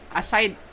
aside